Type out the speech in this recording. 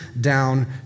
down